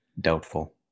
doubtful